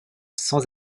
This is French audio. sans